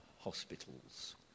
hospitals